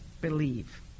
believe